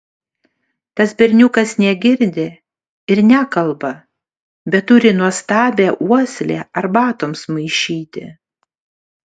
tas berniukas negirdi ir nekalba bet turi nuostabią uoslę arbatoms maišyti